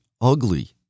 ugly